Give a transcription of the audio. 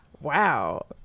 Wow